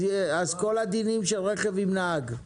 חלים כל הדינים של רכב עם נהג.